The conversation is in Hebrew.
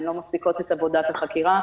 הן לא מפסיקות את עבודת החקירה.